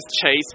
Chase